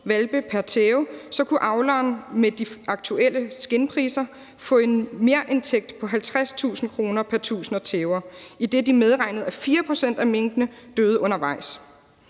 hvalpe pr. tæve kunne avleren med de aktuelle skindpriser få en merindtægt på 50.000 kr. pr. 1.000 tæver, idet de medregnede, at 4 pct. af minkene døde undervejs.